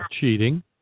cheating